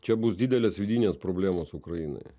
čia bus didelės vidinės problemos ukrainoje